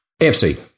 AFC